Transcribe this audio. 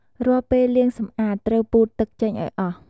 រាល់ពេលលាងសម្អាត ត្រូវពូតទឹកចេញឱ្យអស់។